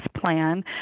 plan